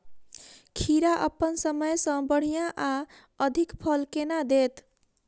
खीरा अप्पन समय सँ बढ़िया आ अधिक फल केना देत?